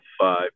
five